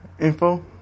info